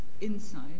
inside